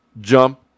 jump